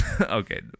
Okay